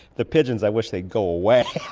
the pigeons, i wish they'd go away!